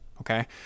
okay